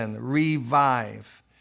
revive